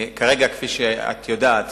כרגע, כפי שאת יודעת,